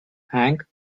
hank